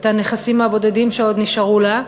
את הנכסים הבודדים שעוד נשארו לה,